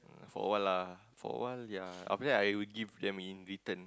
for awhile lah for awhile ya after that I will give them in return